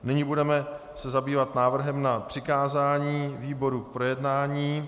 Nyní se budeme zabývat návrhem na přikázání výboru k projednání.